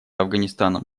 афганистаном